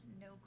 No